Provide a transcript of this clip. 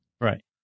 Right